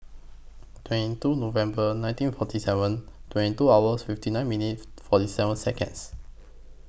twenty two November nineteen forty seven twenty two hour fifty nine minutes forty seven Seconds